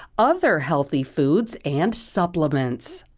other healthy foods and supplements.